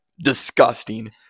disgusting